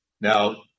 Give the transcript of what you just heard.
Now